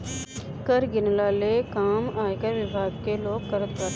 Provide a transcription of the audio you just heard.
कर गिनला ले काम आयकर विभाग के लोग करत बाटे